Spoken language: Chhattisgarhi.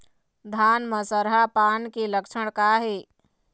धान म सरहा पान के लक्षण का हे?